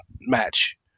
match